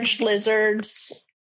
lizards